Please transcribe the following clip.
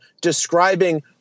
describing